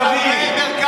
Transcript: חברת הכנסת ברביבאי,